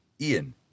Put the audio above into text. Ian